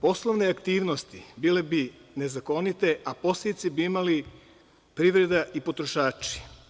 Poslovne aktivnosti bile be nezakonite, a posledice bi imali privreda i potrošači.